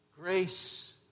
Grace